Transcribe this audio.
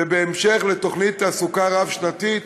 ובהמשך לתוכנית תעסוקה רב-שנתית,